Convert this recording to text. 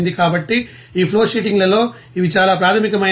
కాబట్టి ఈ ఫ్లోషీటింగ్లలో ఇవి చాలా ప్రాథమికమైనవి